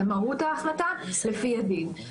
על מהות ההחלטה לפי הדין.